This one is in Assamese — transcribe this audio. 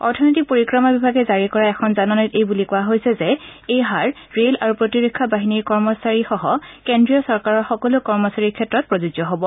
অৰ্থনৈতিক পৰিক্ৰমা বিভাগে জাৰি কৰা এখন জাননীত এইবুলি কোৱা হৈছে যে এইহাৰ ৰেল আৰু প্ৰতিৰক্ষা বাহিনীৰ কৰ্মচাৰীসহ কেন্দ্ৰীয় চৰকাৰৰ সকলো কৰ্মচাৰীৰ ক্ষেত্ৰত প্ৰযোজ্য হব